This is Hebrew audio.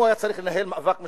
אם הוא היה צריך לנהל מאבק משפטי,